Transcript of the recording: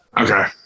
Okay